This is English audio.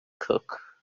cook